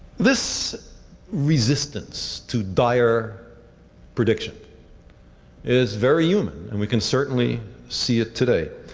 this resistance to dire prediction is very human and we can certainly see it today.